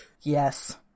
yes